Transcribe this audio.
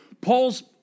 Paul's